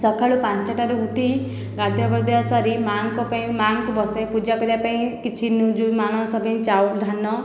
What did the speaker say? ସଖାଳୁ ପାଞ୍ଚଟାରୁ ଉଠି ଗାଧୁଆ ପାଧୁଆ ସାରି ମାଆଙ୍କ ପାଇଁ ମାଆଙ୍କୁ ବସାଇ ପୂଜା କରିବା ପାଇଁ କିଛି ଯେଉଁ ମାଣବସା ପାଇଁ ଚା ଧାନ